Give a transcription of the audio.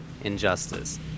Injustice